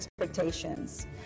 expectations